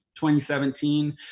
2017